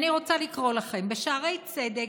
אני רוצה לקרוא לכם: בשערי צדק,